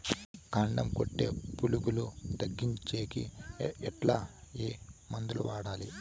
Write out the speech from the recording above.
కాండం కొట్టే పులుగు తగ్గించేకి ఎట్లా? ఏ మందులు వాడాలి?